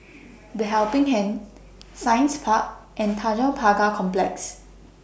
The Helping Hand Science Park and Tanjong Pagar Complex